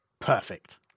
Perfect